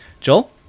Joel